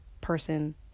person